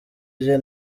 ibye